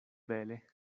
bele